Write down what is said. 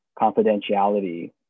confidentiality